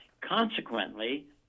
Consequently